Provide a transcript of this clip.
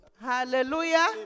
Hallelujah